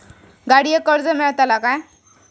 गाडयेक कर्ज मेलतला काय?